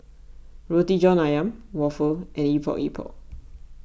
Roti John Ayam Waffle and Epok Epok